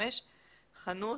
1975; "חנות"